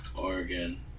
Oregon